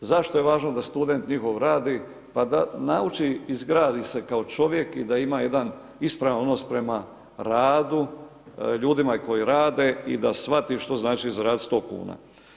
Zašto je važno da student njihov radi, pa da nauči izgradi se kao čovjek i da ima jedan ispravan odnos prema radu, ljudima koji rade i da shvati što znači zaradit 100 kuna.